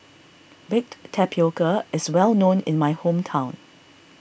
Baked Tapioca is well known in my hometown